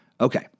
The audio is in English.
Okay